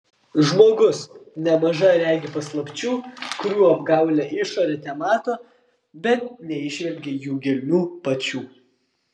žmogus nemaža regi paslapčių kurių apgaulią išorę temato bet neįžvelgia jų gelmių pačių